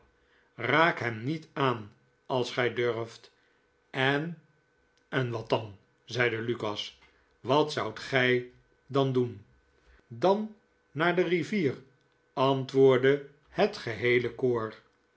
raak hem aan als gij durft en en wat dan zeide lukas wat zoudtgij dan doen dan naar de rivier antwoordde het geheele koor